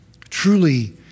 truly